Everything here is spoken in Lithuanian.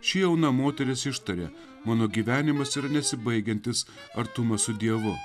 ši jauna moteris ištarė mano gyvenimas yra nesibaigiantis artumas su dievu